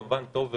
כמובן שטוב,